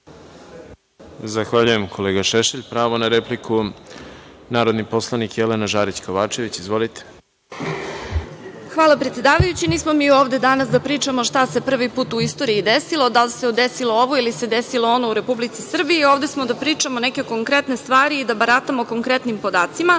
Hvala, predsedavajući. Nismo mi ovde danas da pričamo šta se prvi put u istoriji desilo, da li se desilo ovo ili se desilo ono u Republici Srbiji. Ovde smo da pričamo neke konkretne stvari i da baratamo konkretnim podacima. Pošto